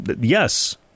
Yes